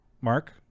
Mark